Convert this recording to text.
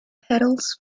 petals